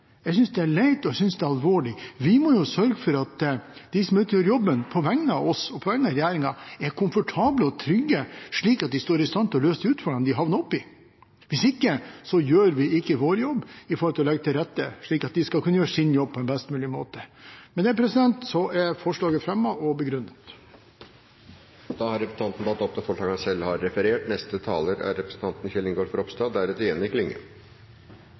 og jeg synes det er alvorlig. Vi må sørge for at de som gjør jobben på vegne av oss og regjeringen, er komfortable og trygge slik at de er i stand til å løse de utfordringene de har havnet opp i. Hvis ikke gjør vi ikke vår jobb med å legge til rette slik at de skal gjøre sin jobb på best mulig måte. Dermed er forslaget fremmet og begrunnet. Representant Jan Arild Ellingsen har tatt opp forslaget som han